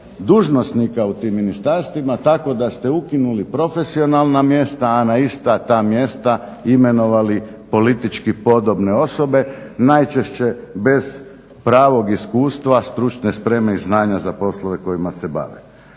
dužnosnika u tim ministarstvima tako da ste ukinuli profesionalna mjesta a na ista ta mjesta imenovali politički podobne osobe, najčešće bez pravog iskustva, stručne spreme i znanja za poslove kojima se bave.